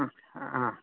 आं